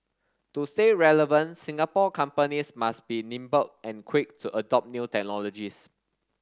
to stay relevant Singapore companies must be nimble and quick to adopt new technologies